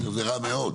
זה רע מאוד,